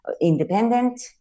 independent